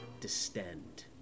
distend